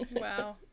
Wow